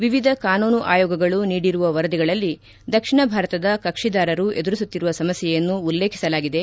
ವಿವಿಧ ಕಾನೂನು ಆಯೋಗಗಳ ನೀಡಿರುವ ವರದಿಗಳಲ್ಲಿ ದಕ್ಷಿಣ ಭಾರತದ ಕಕ್ಷಿದಾರರು ಎದುರಿಸುತ್ತಿರುವ ಸಮಸ್ಯೆಯನ್ನು ಉಲ್ಲೇಖಿಸಲಾಗಿದೆ